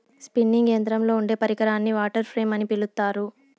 spinning యంత్రంలో ఉండే పరికరాన్ని వాటర్ ఫ్రేమ్ అని పిలుత్తారు